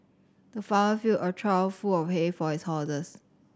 the farmer filled a trough full of hay for his horses